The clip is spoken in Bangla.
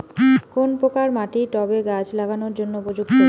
কোন প্রকার মাটি টবে গাছ লাগানোর জন্য উপযুক্ত?